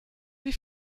wie